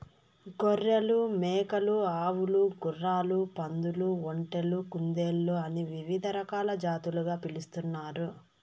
గొర్రెలు, మేకలు, ఆవులు, గుర్రాలు, పందులు, ఒంటెలు, కుందేళ్ళు అని వివిధ రకాల జాతులుగా పిలుస్తున్నారు